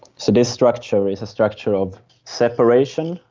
so this structure is a structure of separation,